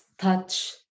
touch